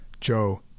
Joe